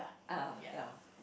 ya